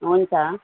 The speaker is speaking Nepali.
हुन्छ